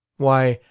why,